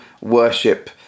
worship